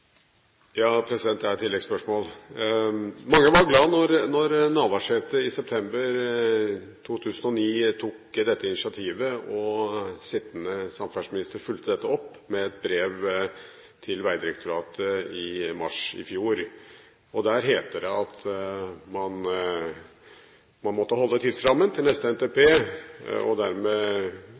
Jeg har et tilleggsspørsmål. Mange var glade da statsråd Navarsete i september 2009 tok dette initiativet og den sittende samferdselsminister fulgte dette opp med et brev til Vegdirektoratet i mars i fjor. Der heter det at man måtte holde tidsrammen til neste NTP.